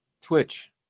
Twitch